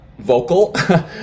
vocal